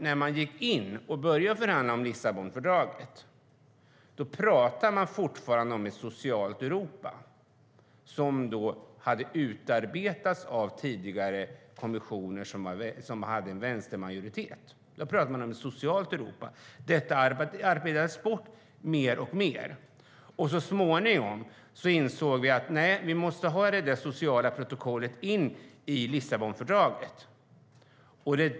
När man började förhandla om Lissabonfördraget talade man fortfarande om ett socialt Europa som då hade utarbetats av tidigare kommissioner som hade en vänstermajoritet. Då talade man om ett socialt Europa. Detta arbetades bort mer och mer. Så småningom insåg man att det sociala protokollet måste in i Lissabonfördraget.